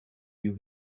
you